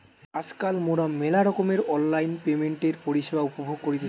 আজকাল মোরা মেলা রকমের অনলাইন পেমেন্টের পরিষেবা উপভোগ করতেছি